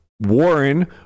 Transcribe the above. Warren